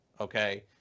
okay